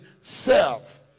self